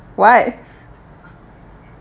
what